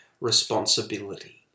responsibility